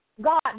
God